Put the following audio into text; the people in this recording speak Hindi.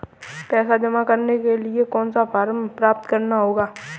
पैसा जमा करने के लिए कौन सा फॉर्म प्राप्त करना होगा?